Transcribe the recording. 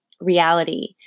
reality